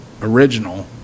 original